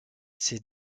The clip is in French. ses